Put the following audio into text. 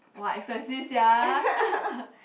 !wah! expensive sia